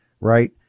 right